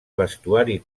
vestuari